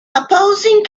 opposing